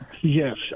Yes